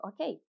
okay